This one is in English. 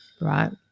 right